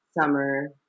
summer